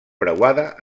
preuada